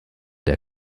der